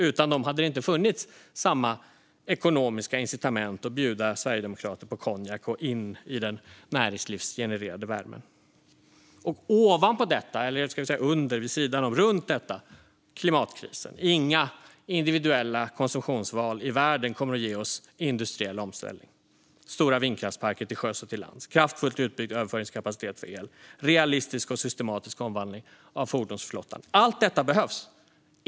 Utan dem hade det inte funnits samma ekonomiska incitament att bjuda sverigedemokrater på konjak, in i den näringslivsgenererade värmen. Ovanpå detta, eller under, vid sidan om och runt detta, har vi klimatkrisen. Inga individuella konsumtionsval i världen kommer att ge oss industriell omställning, stora vindkraftsparker till sjöss och till lands, kraftfullt utbyggd överföringskapacitet för el eller en realistisk och systematisk omvandling av fordonsflottan. Allt detta behövs.